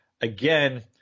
Again